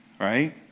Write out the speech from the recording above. right